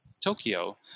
Tokyo